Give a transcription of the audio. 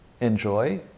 enjoy